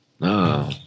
No